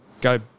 go –